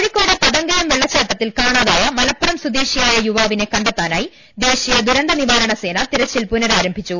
കോഴിക്കോട് പതങ്കയം വെള്ളച്ചാട്ടത്തിൽ കാണാതായ മലപ്പുറം സ്വദേശിയായ യുവാവിനെ കണ്ടെത്താനായി ദേശീയ തെരച്ചിൽ പുനരാരംഭിച്ചു